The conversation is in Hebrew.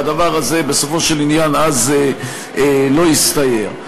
והדבר הזה, בסופו של עניין אז לא הסתייע.